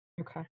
okay